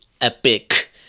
epic